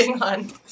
on